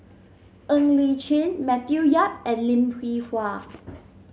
Ng Li Chin Matthew Yap and Lim Hwee Hua